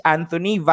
Anthony